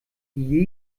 die